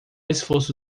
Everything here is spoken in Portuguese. esforço